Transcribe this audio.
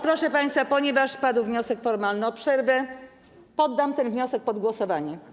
Proszę państwa, ponieważ padł wniosek formalny o przerwę, poddam ten wniosek pod głosowanie.